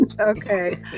Okay